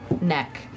neck